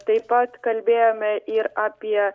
taip pat kalbėjome ir apie